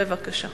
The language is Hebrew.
בבקשה.